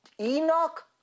Enoch